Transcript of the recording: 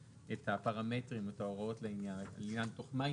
את הפרמטרים ואת ההוראות לעניין של מהי